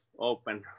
open